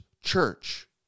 church